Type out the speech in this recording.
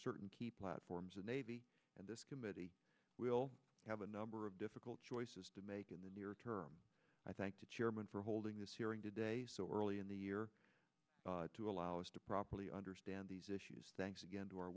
certain key platforms a navy and this committee will have a number of difficult choices to make in the near term i thank the chairman for holding this hearing today so early in the year to allow us to properly understand these issues thanks again to our